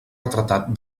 retratat